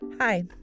Hi